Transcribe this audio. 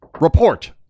Report